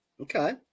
Okay